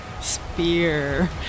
Spear